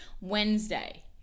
Wednesday